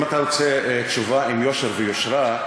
אם אתה רוצה תשובה עם יושר ויושרה,